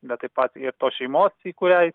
bet taip pat ir tos šeimos į kurią jis